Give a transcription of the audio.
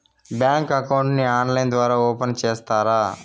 Bank account ని online ద్వారా open సేస్తారా?